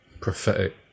prophetic